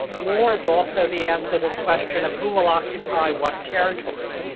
war is also the answer to the question of who will occupy what territory.